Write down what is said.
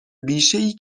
بیشهای